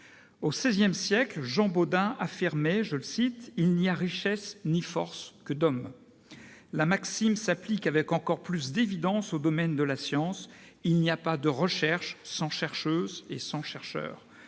Au XVI siècle, Jean Bodin affirmait :« Il n'y a richesse, ni force que d'hommes. » La maxime s'applique avec encore plus d'évidence au domaine de la science : il n'y a pas de recherche sans chercheuses et sans chercheurs.